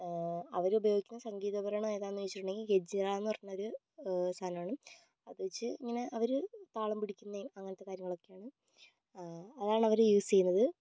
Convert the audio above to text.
അവർ ഉപയോഗിക്കുന്ന സംഗീത ഉപകരണം ഏതാണെന്ന് ചോദിച്ചിട്ടുണ്ടെങ്കിൽ ഗജിറ എന്നു പറഞ്ഞ ഒരു സാധനമാണ് അതുവച്ച് ഇങ്ങനെ അവർ താളം പിടിക്കുന്നതും അങ്ങനത്തെ കാര്യങ്ങൾ ഒക്കെയാണ് അതാണ് അവർ യൂസ് ചെയ്യുന്നത്